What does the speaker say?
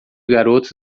garotos